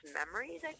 memories